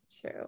true